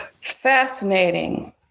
Fascinating